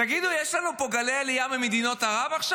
תגידו, יש לנו גלי עלייה ממדינות ערב עכשיו?